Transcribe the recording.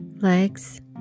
legs